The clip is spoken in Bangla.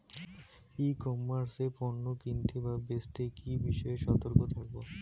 ই কমার্স এ পণ্য কিনতে বা বেচতে কি বিষয়ে সতর্ক থাকব?